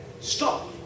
stop